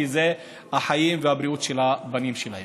כי אלה החיים והבריאות של הבנים שלהם.